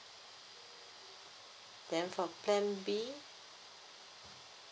then for plan B